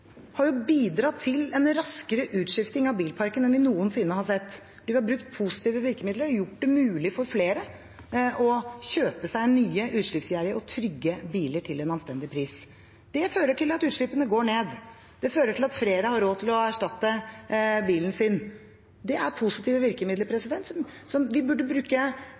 bidratt til en raskere utskifting av bilparken enn vi noensinne har sett. Vi har brukt positive virkemidler, gjort det mulig for flere å kjøpe seg nye utslippsgjerrige og trygge biler til en anstendig pris. Det fører til at utslippene går ned. Det fører til at flere har råd til å erstatte bilen sin. Det er positive virkemidler som vi burde bruke